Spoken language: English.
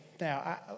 Now